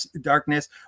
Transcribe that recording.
darkness